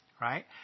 Right